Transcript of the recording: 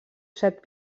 set